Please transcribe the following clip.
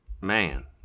Man